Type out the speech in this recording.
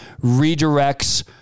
redirects